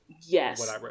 yes